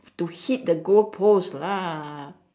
to hit the goal post lah